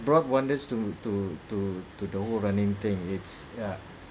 brought wonders to to to to the whole running thing it's a